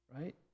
right